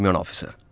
um and officer